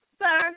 sir